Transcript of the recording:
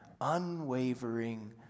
unwavering